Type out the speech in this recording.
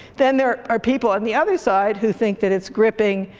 then there are people on the other side who think that it's gripping,